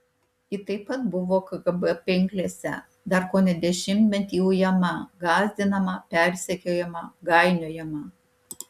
ji taip pat buvo kgb pinklėse dar kone dešimtmetį ujama gąsdinama persekiojama gainiojama